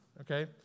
Okay